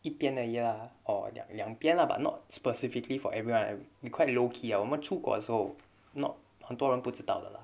一边而已 ah or 两边 lah but not specifically for everyone and we quite low key ah 我们出国的时候 not 很多人不知道的 lah